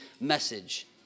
message